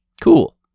Cool